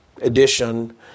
edition